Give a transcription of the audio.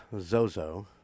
Zozo